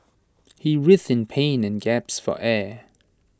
he writhed in pain and gasped for air